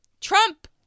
Trump